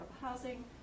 housing